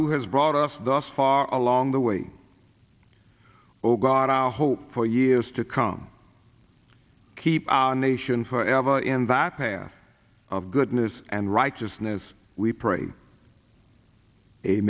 who has brought us thus far along the way oh god our hope for years to come keep our nation for ever and that path of goodness and righteousness we pray